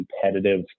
competitive